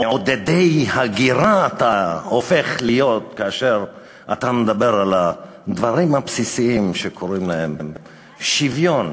מעודד הגירה כאשר אתה מדבר על הדברים הבסיסיים שקוראים להם "שוויון"